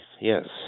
yes